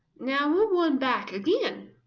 now we'll run back again,